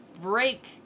break